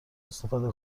استفاده